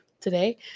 today